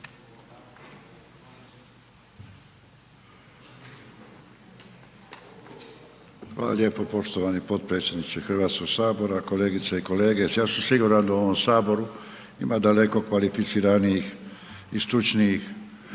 Hvala lijepo poštovani potpredsjedniče Hrvatskog sabora, kolegice i kolege. Ja sam siguran da u ovom Saboru ima daleko kvalificiranijih i stručnijih